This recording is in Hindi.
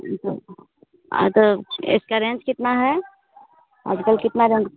यह सब हाँ तब इसका रेन्ज कितना है आजकल कितना रेन्ज